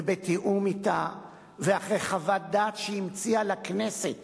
ובתיאום אתה ואחרי חוות דעת שהיא המציאה לכנסת